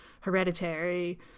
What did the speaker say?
Hereditary